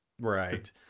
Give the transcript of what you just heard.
right